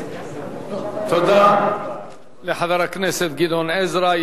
תודה לחבר הכנסת גדעון עזרא.